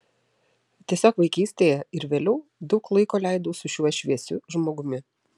tiesiog vaikystėje ir vėliau daug laiko leidau su šiuo šviesiu žmogumi